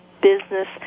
business